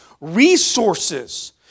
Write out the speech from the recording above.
resources